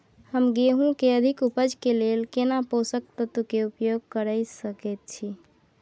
हम गेहूं के अधिक उपज के लेल केना पोषक तत्व के उपयोग करय सकेत छी?